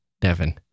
Devon